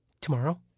Tomorrow